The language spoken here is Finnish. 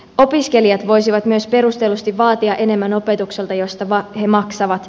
opiskelijat voisivat myös perustellusti vaatia enemmän opetukselta josta he maksavat